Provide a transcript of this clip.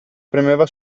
premeva